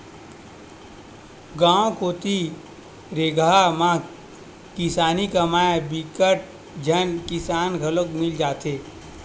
गाँव कोती रेगहा म किसानी कमइया बिकट झन किसान घलो मिल जाथे